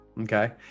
okay